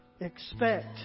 Expect